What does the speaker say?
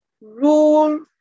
rule